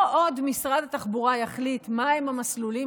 לא עוד משרד התחבורה הוא שמחליט מהם המסלולים